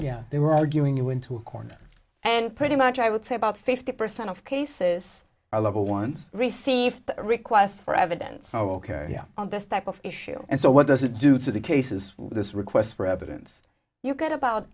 yeah they were arguing you into a corner and pretty much i would say about fifty percent of cases are local ones received requests for evidence or care on this type of issue and so what does it do to the case is this request for evidence you get about